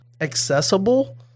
accessible